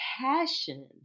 passion